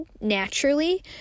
naturally